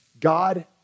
God